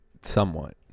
Somewhat